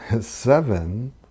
Seven